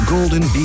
Golden